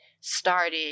started